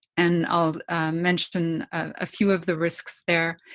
and i'll mention ah few of the risks there.